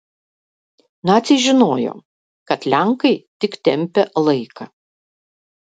naciai žinojo kad lenkai tik tempia laiką